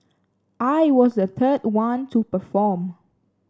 I was the third one to perform